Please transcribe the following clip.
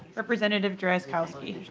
representative drazkowski